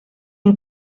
une